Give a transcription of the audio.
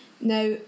Now